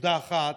נקודה אחת: